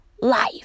life